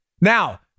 Now